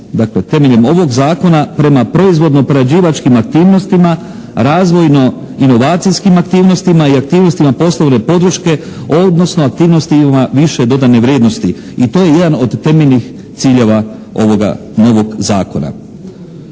temeljem ovog zakona, prema proizvodno-prerađivačkim aktivnostima razvojno inovacijskim aktivnostima i aktivnostima poslovne podrške, odnosno aktivnostima više dodane vrijednosti i to je jedan od temeljnih ciljeva ovoga novog zakona.